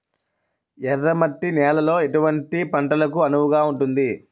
ఎర్ర మట్టి నేలలో ఎటువంటి పంటలకు అనువుగా ఉంటుంది?